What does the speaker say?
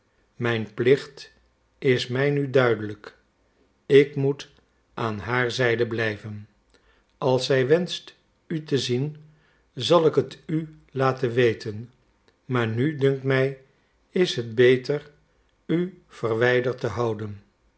mijn plicht is mij nu duidelijk ik moet aan haar zijde blijven als zij wenscht u te zien zal ik het u laten weten maar nu dunkt mij is het beter u verwijderd te houden